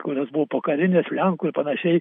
kurios buvo pokarinės lenkų ir panašiai